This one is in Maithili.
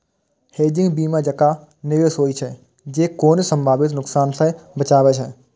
हेजिंग बीमा जकां निवेश होइ छै, जे कोनो संभावित नुकसान सं बचाबै छै